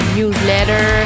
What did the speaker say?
newsletter